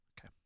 Okay